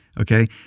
Okay